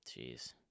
Jeez